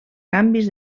canvis